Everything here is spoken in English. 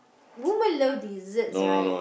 woman love desserts right